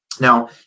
Now